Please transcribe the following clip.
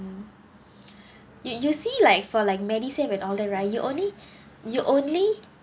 mm you you see like for like medisave and all that right you only you only